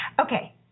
okay